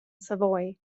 savoy